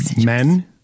men